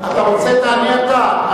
אתה רוצה, תענה אתה.